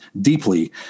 deeply